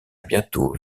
bientôt